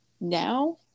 Now